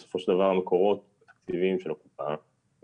בסופו של דבר המקורות התקציביים של הקופה מוגבלים.